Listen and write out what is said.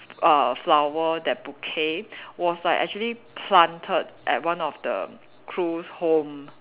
uh flower that bouquet was like actually planted at one of the crew's home